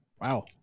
wow